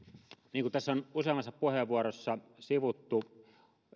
niin kuin tässä on useammassa puheenvuorossa sivuttu